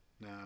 No